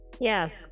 Yes